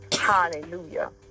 Hallelujah